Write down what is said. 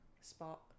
spot